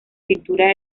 pintura